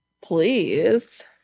Please